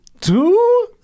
two